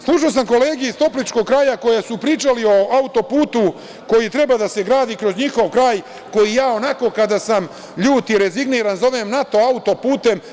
Slušao sam kolege iz Topličkog kraja koji su pričali o auto-putu koji treba da se gradi kroz njihov kraj, koji ja, onako, kada sam ljut i rezigniran, zovem NATO auto-putem.